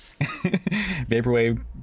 vaporwave